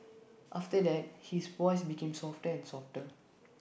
after that his voice became softer and softer